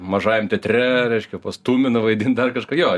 mažajam teatre reiškia pas tuminą vaidint dar kažką jo